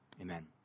Amen